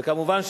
וכמובן,